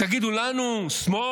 תגידו לנו שמאל?